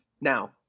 Now